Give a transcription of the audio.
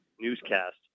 newscast